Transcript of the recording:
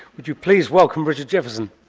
would you please welcome richard jefferson.